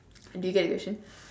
do you get the question